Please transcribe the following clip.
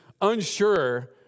unsure